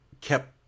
kept